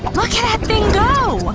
look at that thing go!